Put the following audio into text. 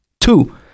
Two